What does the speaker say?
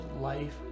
life